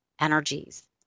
energies